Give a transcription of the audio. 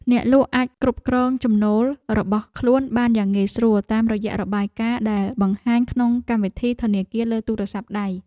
អ្នកលក់អាចគ្រប់គ្រងចំណូលរបស់ខ្លួនបានយ៉ាងងាយស្រួលតាមរយៈរបាយការណ៍ដែលបង្ហាញក្នុងកម្មវិធីធនាគារលើទូរស័ព្ទដៃ។